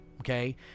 Okay